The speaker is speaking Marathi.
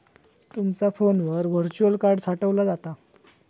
तुमचा फोनवर व्हर्च्युअल कार्ड साठवला जाता